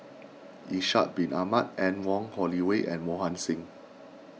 Ishak Bin Ahmad Anne Wong Holloway and Mohan Singh